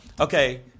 Okay